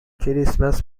کریسمس